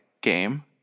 game